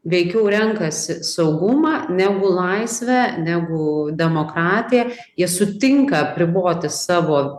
veikiau renkasi saugumą negu laisvę negu demokratiją jie sutinka apriboti savo